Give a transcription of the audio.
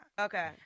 Okay